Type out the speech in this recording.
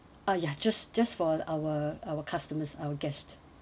uh ya just just for our our customers our guest